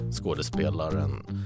skådespelaren-